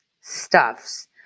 stuffs